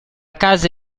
casa